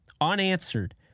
unanswered